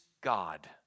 God